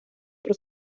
про